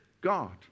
God